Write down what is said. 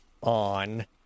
on